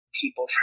people